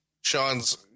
Sean's